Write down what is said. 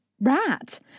rat